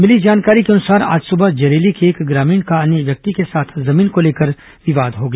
मिली जानकारी के अनुसार आज सुबह जरेली के एक ग्रामीण का एक अन्य व्यक्ति के साथ जमीन को लेकर विवाद हो गया